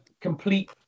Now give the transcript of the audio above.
complete